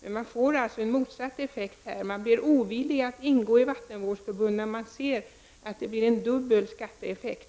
Här åstadkoms alltså en motsatt effekt: Man blir ovillig att ingå i vattenvårdsförbund när man ser att det blir dubbel skatteeffekt.